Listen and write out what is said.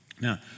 Now